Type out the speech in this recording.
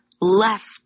left